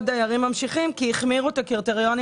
דיירים ממשיכים כי החמירו את הקריטריונים